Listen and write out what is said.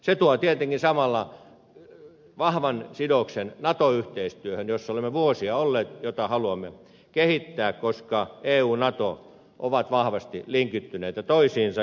se tuo tietenkin samalla vahvan sidoksen nato yhteistyöhön jossa olemme vuosia olleet ja jota haluamme kehittää koska eu ja nato ovat vahvasti linkittyneet toisiinsa